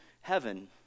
heaven